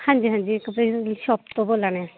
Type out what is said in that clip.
अंजी अंजी जी अस कपड़े दी शॉप दा बोल्ला नै